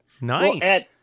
Nice